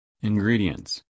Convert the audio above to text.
Ingredients